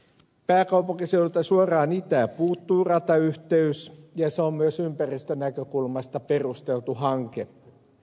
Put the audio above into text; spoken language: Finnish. pääkaupunkiseudulta suoraan itään puuttuu ratayhteys ja se on myös ympäristönäkökulmasta perusteltu hanke